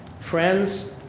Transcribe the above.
Friends